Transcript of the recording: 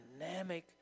dynamic